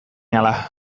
ahala